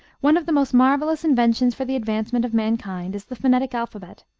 one of the most marvellous inventions for the advancement of mankind is the phonetic alphabet,